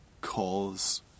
cause